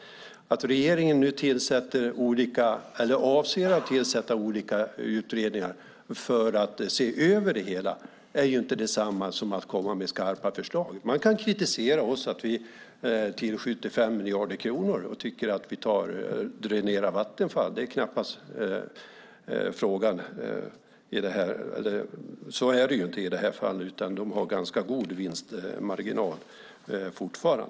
Att regeringen nu avser att tillsätta olika utredningar för att se över det hela är inte detsamma som att komma med skarpa förslag. Man kan kritisera oss för att vi tillskjuter 5 miljarder kronor och dränerar Vattenfall. Så är det inte i det här fallet. Vattenfall har fortfarande god vinstmarginal.